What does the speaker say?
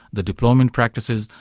the deployment practices,